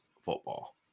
football